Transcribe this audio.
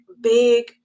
big